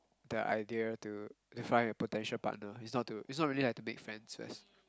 the idea to to find a potential partner is not to is not really like to make friends first